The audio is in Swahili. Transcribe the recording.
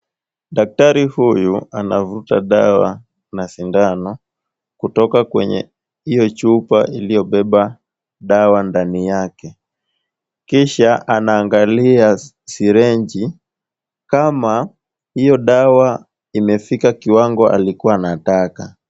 Daktari huyu anavuruta dawa na sindano, kutoka kwenye hiyo chupa iliyobeba dawa ndani yake, kisha anaangalia syringe , kama hiyo dawa imefika kiwango alikuwa anataka.